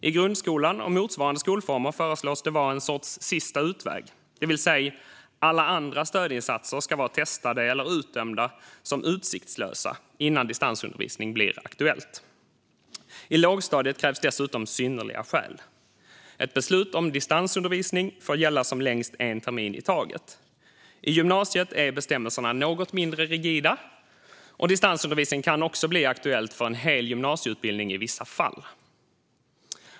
I grundskolan och motsvarande skolformer föreslås det vara en sorts sista utväg, det vill säga att alla andra stödinsatser ska vara testade eller dömda som utsiktslösa innan distansundervisning blir aktuellt. I lågstadiet krävs dessutom synnerliga skäl. Ett beslut om distansundervisning får gälla som längst en termin i taget. I gymnasiet är bestämmelserna något mindre rigida, och distansundervisning kan också bli aktuellt för en hel gymnasieutbildning i vissa fall.